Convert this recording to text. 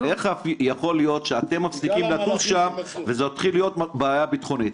איך יכול להיות שאתם מפסיקים לטוס שם וזאת מתחילה להיות בעיה ביטחונית?